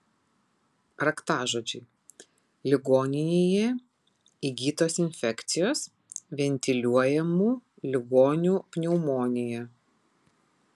raktažodžiai ligoninėje įgytos infekcijos ventiliuojamų ligonių pneumonija